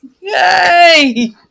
yay